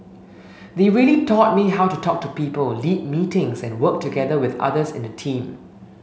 they really taught me how to talk to people lead meetings and work together with others in a team